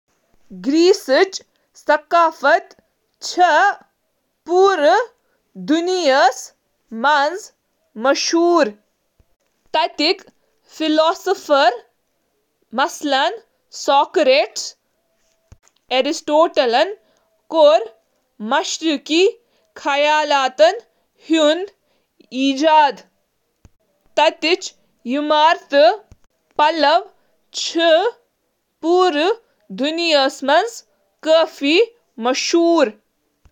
یونانُک ثقافتی ورثہٕ ہیکو بڑس پیمانس پیٹھ قدیم یونٲنی تصور، بازنطینی عظمت تہٕ یورپی جدیدیت کین عناصرن ہنٛز مہارت سان تشکیل دینس پیٹھ مبنی بیان کرتھ یم جدید ہیلینزمک اکھ عالمگیر روح چِھ بناوان۔